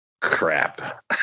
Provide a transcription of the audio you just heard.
crap